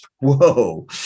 Whoa